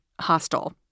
hostile